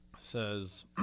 Says